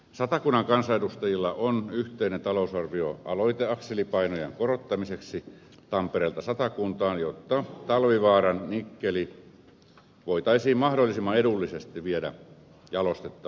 satakunnan kansanedustajilla on yhteinen talousarvioaloite akselipainojen korottamiseksi radalla tampereelta satakuntaan jotta talvivaaran nikkeli voitaisiin mahdollisimman edullisesti viedä jalostettavaksi